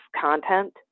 content